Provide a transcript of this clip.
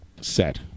set